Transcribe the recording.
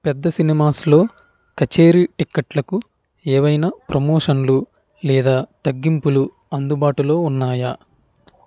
పెద్ద సినిమాస్లో కచేరీ టిక్కెట్లకు ఏవైనా ప్రమోషన్లు లేదా తగ్గింపులు అందుబాటులో ఉన్నాయా